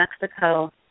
Mexico